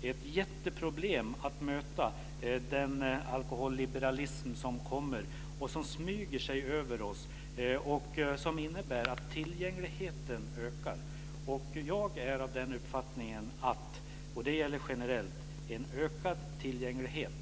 Det är ett jätteproblem att möta den alkoholliberalism som smyger sig över oss och som innebär att tillgängligheten ökar. Jag är av den uppfattningen - det gäller generellt - att en ökad tillgänglighet